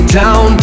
down